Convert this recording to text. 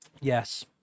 yes